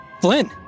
Flynn